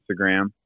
Instagram